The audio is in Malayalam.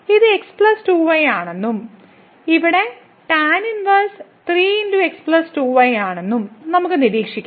ഇത് x 2y ആണെന്നും ഇവിടെ tan 13x2y ആണെന്നും നമുക്ക് നിരീക്ഷിക്കാം